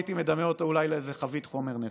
הייתי מדמה אותו אולי לאיזו חבית חומר נפץ.